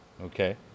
Okay